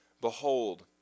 Behold